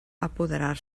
apoderar